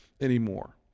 anymore